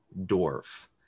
dwarf